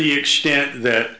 the extent that